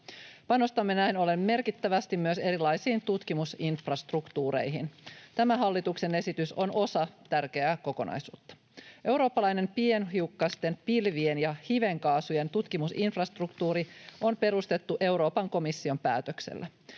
Panostamme näin ollen merkittävästi myös erilaisiin tutkimusinfrastruktuureihin. Tämä hallituksen esitys on osa tärkeää kokonaisuutta. Eurooppalainen pienhiukkasten, pilvien ja hivenkaasujen tutkimusinfrastruktuuri on perustettu Euroopan komission päätöksellä.